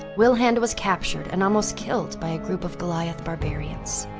wilhand was captured and almost killed by a group of goliath barbarians.